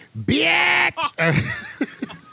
bitch